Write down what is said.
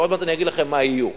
ועוד מעט אגיד לכם מה יהיו.